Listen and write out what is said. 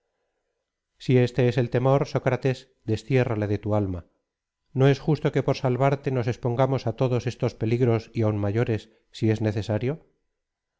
si éste es el temor sócrates destiérrale de tu alma no es justo que por salvarte nos expongamos á todos estos peligros y aun mayores si es necesario